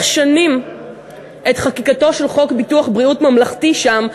שנים את חקיקתו של חוק ביטוח בריאות ממלכתי שם,